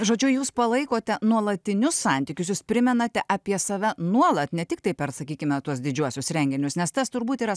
žodžiu jūs palaikote nuolatinius santykius jūs primenate apie save nuolat ne tiktai per sakykime tuos didžiuosius renginius nes tas turbūt yra